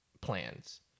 plans